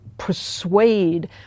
Persuade